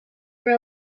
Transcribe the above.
were